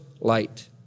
light